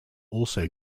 also